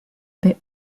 baie